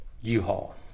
U-Haul